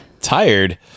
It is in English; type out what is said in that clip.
tired